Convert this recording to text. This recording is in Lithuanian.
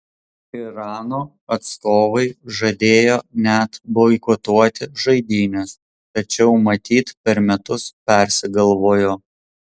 irano atstovai žadėjo net boikotuoti žaidynes tačiau matyt per metus persigalvojo